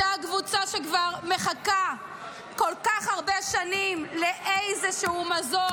אותה קבוצה שכבר מחכה כל כך הרבה שנים לאיזשהו מזור,